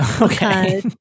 Okay